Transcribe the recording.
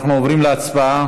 אנחנו עוברים להצבעה.